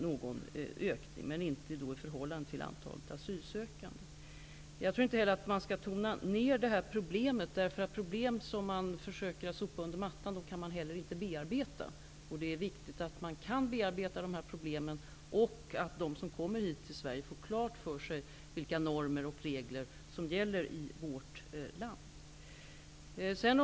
Det kan inte röra sig om en ökning i förhållande till antalet asylsökande. Jag tror inte heller att man skall tona ned problemet. Problem som man försöker sopa under mattan kan man heller inte bearbeta. Det är viktigt att man kan bearbeta dessa problem, och att de som kommer till Sverige får klart för sig vilka normer och regler som gäller i vårt land.